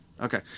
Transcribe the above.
Okay